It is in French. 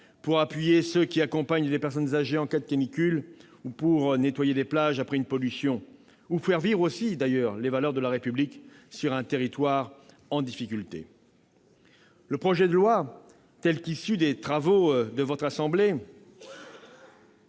en appui de ceux qui accompagnent les personnes âgées en cas de canicule, pour nettoyer des plages après une pollution ou pour faire vivre les valeurs de la République sur un territoire en difficulté. Le projet de loi, tel qu'il était issu des travaux de l'Assemblée